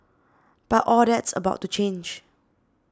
but all that's about to change